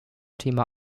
thema